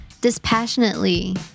Dispassionately